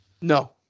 No